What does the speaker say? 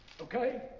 Okay